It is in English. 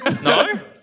No